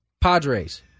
Padres